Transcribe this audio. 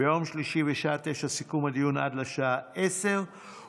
ביום שלישי בשעה 09:00 סיכום הדיון עד לשעה 10:00,